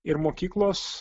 ir mokyklos